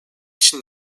için